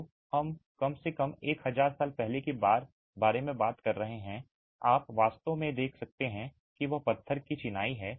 तो हम कम से कम एक हजार साल पहले के बारे में बात कर रहे हैं आप वास्तव में देख सकते हैं वह पत्थर की चिनाई है